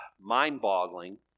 mind-boggling